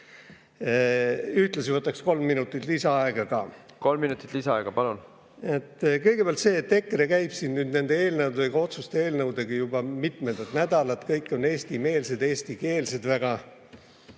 Ühtlasi võtaksin kolm minutit lisaaega ka. Kolm minutit lisaaega, palun! Kõigepealt see, et EKRE käib siin nende otsuste eelnõudega juba mitmendat nädalat. Kõik on väga eestimeelsed, eestikeelsed.